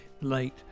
late